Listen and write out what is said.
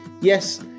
Yes